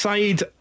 Side